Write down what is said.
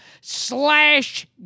slash